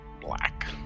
Black